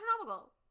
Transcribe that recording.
astronomical